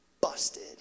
Busted